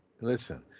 Listen